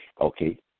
Okay